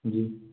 जी